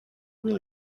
will